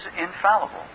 infallible